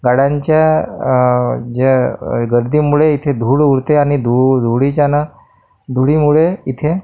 गाड्यांच्या ज्या गर्दीमुळे इथे धूळ उडते आणि धूळ धुळीच्यानं धुळीमुळे इथे